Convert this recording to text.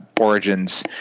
Origins